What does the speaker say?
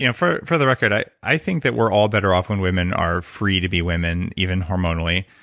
you know for for the record, i i think that we're all better off when women are free to be women, even hormonally.